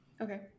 Okay